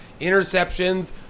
interceptions